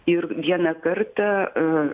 ir vieną kartą